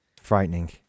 Frightening